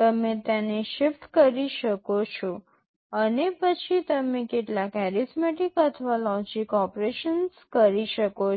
તમે તેને શિફ્ટ કરી શકો છો અને પછી તમે કેટલાક એરિથમેટિક અથવા લોજિક ઓપરેશન્સ કરી શકો છો